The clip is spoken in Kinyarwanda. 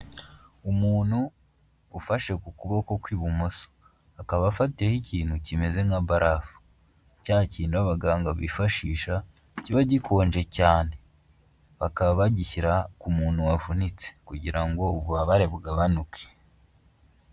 Umuntu ufashe ku kuboko kw'ibumoso, akaba afatiyeho ikintu kimeze nka barafu, cya kindi abaganga bifashisha kiba gikonje cyane, bakaba bagishyira ku muntu wavunitse kugira ngo ububabare bugabanuke.